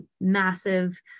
massive